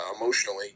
emotionally